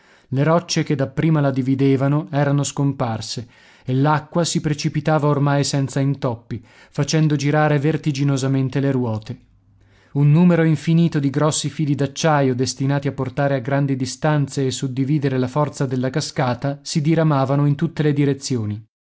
le rocce che dapprima la dividevano erano scomparse e l'acqua si precipitava ormai senza intoppi facendo girare vertiginosamente le ruote un numero infinito di grossi fili d'acciaio destinati a portare a grandi distanze e suddividere la forza della cascata si diramavano in tutte le direzioni